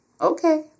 Okay